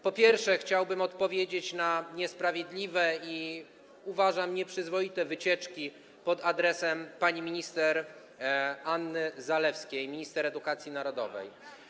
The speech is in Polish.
Po pierwsze, chciałbym odpowiedzieć na niesprawiedliwe i, uważam, nieprzyzwoite wycieczki pod adresem pani minister Anny Zalewskiej, minister edukacji narodowej.